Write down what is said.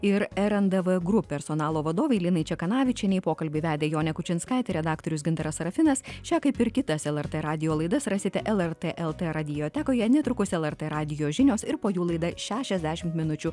ir rndv group personalo vadovei linai čekanavičienei pokalbį vedė jonė kučinskaitė redaktorius gintaras serafinas šią kaip ir kitas lrt radijo laidas rasite lrt lt radiotekoje netrukus lrt radijo žinios ir po jų laida šešiasdešimt minučių